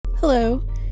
Hello